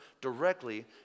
directly